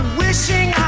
wishing